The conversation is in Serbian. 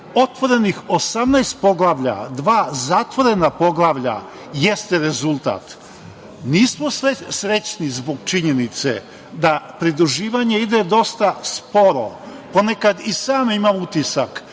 otvorenih 18. poglavlja, dva zatvorena poglavlja, jeste rezultat. Nismo srećni zbog činjenice da pridruživanje ide dosta sporo. Ponekad i sam imam utisak